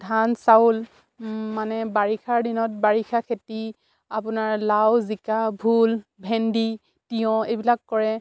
ধান চাউল মানে বাৰিষাৰ দিনত বাৰিষা খেতি আপোনাৰ লাও জিকা ভোল ভেন্দি তিয়ঁহ এইবিলাক কৰে